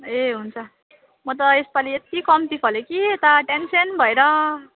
ए हुन्छ म त यसपालि यति कम्ती फल्यो कि यता टेन्सन भएर